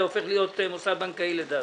זה הופך להיות מוסד בנקאי לדעתך?